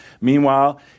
Meanwhile